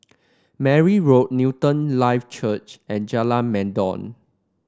Mary Road Newton Life Church and Jalan Mendong